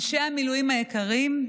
אנשי המילואים היקרים,